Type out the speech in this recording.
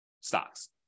stocks